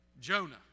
Jonah